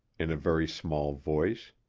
in a very small voice.